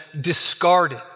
discarded